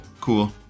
Cool